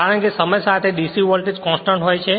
કારણ કે સમય સાથે DC વોલ્ટેજ કોંસ્ટંટ હોય છે